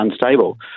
unstable